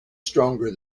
stronger